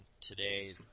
today